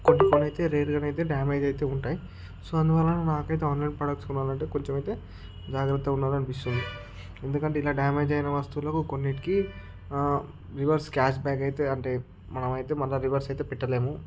కొన్ని కొన్ని అయితే రేర్గానయితే డ్యామేజ్ అయితే ఉంటాయి సో అందువలన నాకైతే ఆన్లైన్ ప్రొడక్ట్స్ కొనాలంటే కొంచెం అయితే జాగ్రత్తగా ఉండాలి అనిపిస్తుంది ఎందుకంటే ఇలా డామేజ్ అయిన వస్తువులకు కొన్నిటికి రివర్స్ క్యాష్బ్యాక్ అయితే అంటే మనం అయితే మల్ల రివర్స్ అయితే పెట్టలేము